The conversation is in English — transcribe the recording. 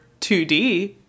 2D